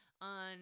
on